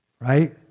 Right